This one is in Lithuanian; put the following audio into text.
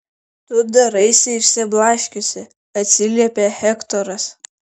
tu daraisi išsiblaškiusi atsiliepia hektoras